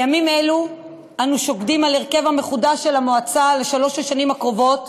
בימים אלו אנו שוקדים על ההרכב המחודש של המועצה לשלוש השנים הקרובות.